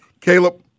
Caleb